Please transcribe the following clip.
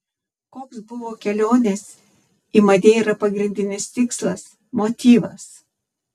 koks buvo kelionės į madeirą pagrindinis tikslas motyvas